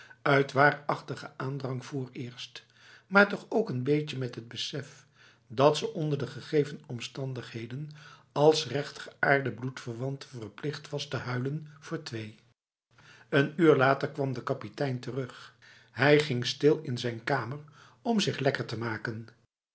uitwaarachtige aandrang vooreerst maar toch ook n beetje met het besef dat ze onder de gegeven omstandigheden als rechtgeaarde bloedverwante verplicht was te huilen voor twee een uur later kwam de kapitein terug hij ging stil in zijn kamer om zich lekker te maken